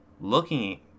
looking